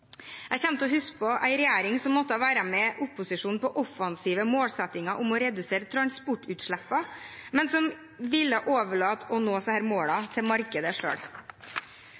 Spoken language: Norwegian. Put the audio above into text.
Jeg kommer til å huske en regjering som måtte være med opposisjonen på offensive målsettinger om å redusere transportutslippene, men som ville overlate å nå disse målene til markedet